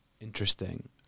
interesting